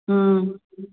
ਹਾਂ